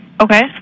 Okay